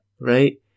Right